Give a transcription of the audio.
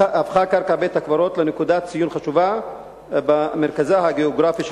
הפכה קרקע בית-הקברות לנקודת ציון חשובה במרכז הגיאוגרפי של,